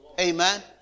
Amen